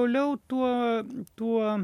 toliau tuo tuo